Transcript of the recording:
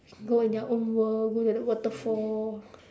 go in their own world go look at waterfall